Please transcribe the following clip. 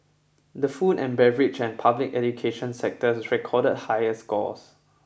the food and beverage and public education sectors recorded higher scores